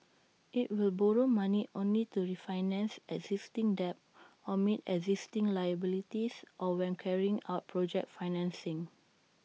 IT will borrow money only to refinance existing debt or meet existing liabilities or when carrying out project financing